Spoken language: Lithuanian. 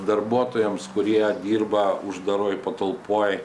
darbuotojams kurie dirba uždaroj patalpoj